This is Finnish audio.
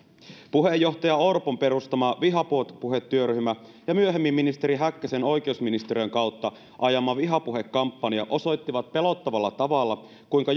puheenjohtaja orpon perustama vihapuhetyöryhmä ja myöhemmin ministerin häkkäsen oikeusministeriön kautta ajama vihapuhekampanja osoittivat pelottavalla tavalla kuinka